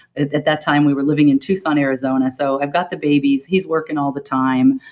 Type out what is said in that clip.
at that time we were living in tucson, arizona. so i've got the babies, he's working all the time.